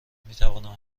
میتوانم